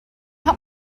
help